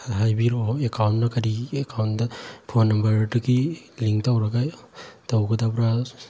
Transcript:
ꯍꯥꯏꯕꯤꯔꯛꯑꯣ ꯑꯦꯀꯥꯎꯟꯗ ꯀꯔꯤ ꯑꯦꯀꯥꯎꯟꯗ ꯐꯣꯟ ꯅꯝꯕꯔꯗꯒꯤ ꯂꯤꯡ ꯇꯧꯔꯒ ꯇꯧꯒꯗꯕ꯭ꯔ